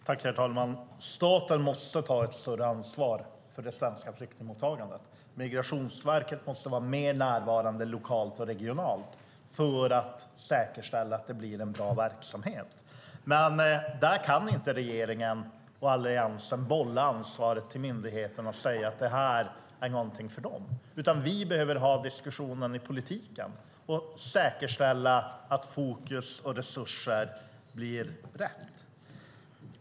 Herr talman! Staten måste ta ett större ansvar för det svenska flyktingmottagandet. Migrationsverket måste vara mer närvarande lokalt och regionalt för att säkerställa att det blir en bra verksamhet. Där kan inte regeringen och Alliansen bolla ansvaret till myndigheterna och säga att det är något för dem. Vi behöver ha diskussionen i politiken och säkerställa att fokus och resurser blir riktiga.